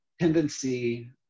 tendency